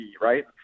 right